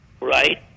Right